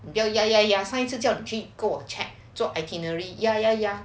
不要 ya ya ya 上一次叫你去跟我 check 做 itinerary ya ya ya